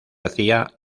hacía